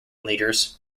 leaders